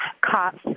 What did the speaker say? cops